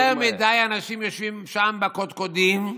יותר מדי אנשים יושבים שם בקודקודים,